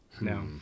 no